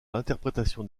l’interprétation